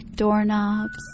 doorknobs